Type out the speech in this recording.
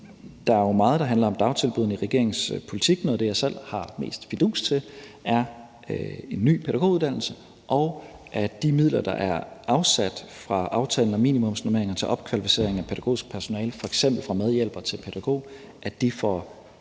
politik, der handler om dagtilbuddene. Noget af det, jeg selv har mest fidus til, er en ny pædagoguddannelse, og at de midler, der er afsat fra aftalen om minimumsnormeringer til opkvalificering af pædagogisk personale, f.eks. fra medhjælper til pædagog, får luft